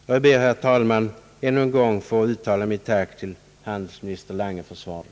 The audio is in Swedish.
Jag ber, herr talman, att än en gång få rikta mitt tack till handelsminister Lange för svaret.